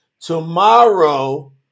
tomorrow